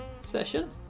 session